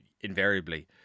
invariably